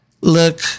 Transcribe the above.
look